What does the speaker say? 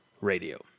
Radio